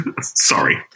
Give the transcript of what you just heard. Sorry